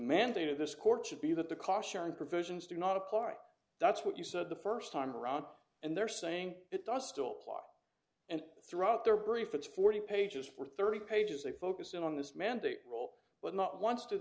to this court should be that the caution provisions do not apply that's what you said the first time around and they're saying it does still clock and throughout their brief it's forty pages for thirty pages they focus in on this mandate roll but not once d